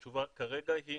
התשובה כרגע היא